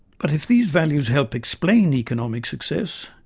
but if these values help explain economic success,